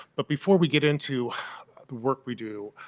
but before we get into the work we do,